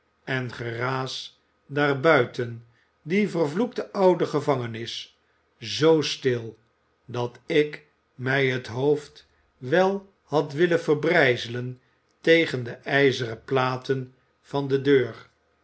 en geraas daar buiten die vervloekte oude gevangenis zoo stil dat ik mij t hoofd wel had willen verbrijzelen tegen de ijzeren platen van de deur